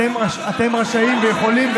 אתם רשאים ויכולים,